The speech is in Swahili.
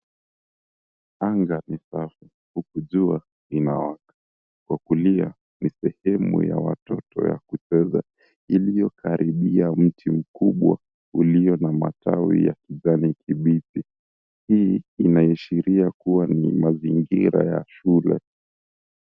Anga ni safi huku jua inawaka, kwa kulia ni sehemu ya watoto ya kucheza iliyokaribia mti mkubwa ulio na matawi ya kijani kibichi, hii inaashiria kua ni mazingira ya shule.